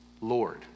Lord